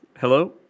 hello